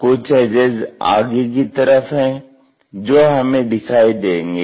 कुछ एजेज आगे की तरफ हैं जो हमें हमेशा दिखाई देंगे